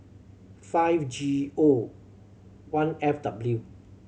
five G O one F W